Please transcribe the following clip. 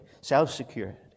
self-security